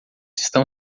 estão